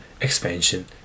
expansion